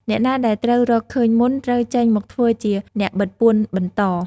អ្នកណាដែលត្រូវរកឃើញមុន ត្រូវចេញមកធ្វើជាអ្នកបិទពួនបន្ត ។